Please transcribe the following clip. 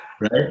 Right